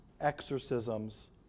exorcisms